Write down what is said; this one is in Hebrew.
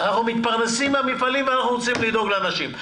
אנחנו מתפרנסים מהמפעלים האלה ואנחנו רוצים לדאוג לאנשים.